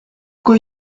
kui